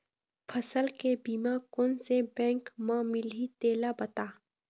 फसल के बीमा कोन से बैंक म मिलही तेला बता?